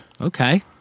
Okay